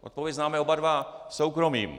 Odpověď známe oba dva: soukromým!